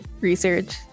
research